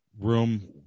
room